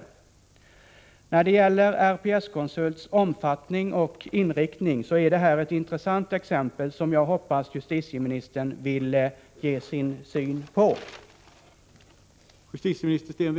RPS-konsult, dess verksamhet och dess inriktning är ett intressant exempel, som jag hoppas att justitieministern vill ge sin syn på.